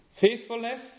Faithfulness